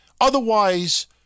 Otherwise